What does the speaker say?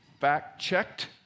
fact-checked